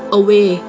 away